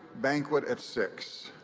banquet at six